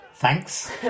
thanks